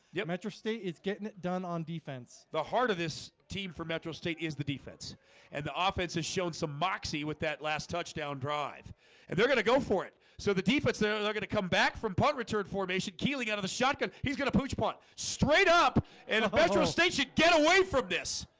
yep metro state. it's getting it done on defense the heart of this team for metro state is the defense and the offense has showed some moxie with that last touchdown drive and they're gonna go for it. so the defense they and are gonna come back from punt return formation keeling out of the shotgun he's gonna pooch punt straight up and astro state should get away from this